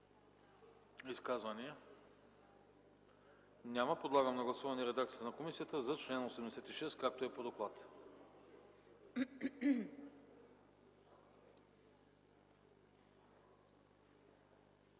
Изказвания? Няма. Подлагам на гласуване редакцията на комисията за чл. 88, както е по доклада.